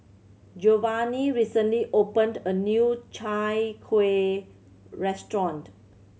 Giovanni recently opened a new Chai Kuih restaurant